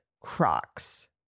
Crocs